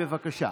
בבקשה.